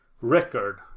record